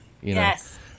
Yes